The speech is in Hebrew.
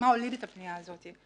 הוליד את הפניה הזאת.